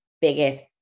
biggest